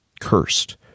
cursed